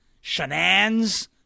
shenanigans